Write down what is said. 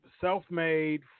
self-made